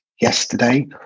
yesterday